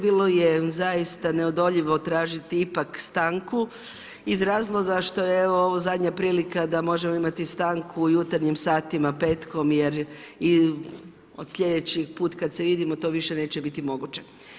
Bilo je zaista neodoljivo tražiti ipak stanku iz razloga što je evo ovo zadnja prilika da možemo imati stanku u jutarnjim satima petkom, jer od sljedeći put kad se vidimo to više neće biti moguće.